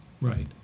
Right